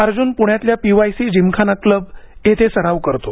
अर्ज्न प्ण्यातल्या P Y C Gymkhana Club येथे सराव करतो